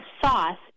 sauce